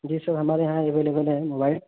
جی sir ہمارے یہاں available ہے موبائل